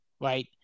right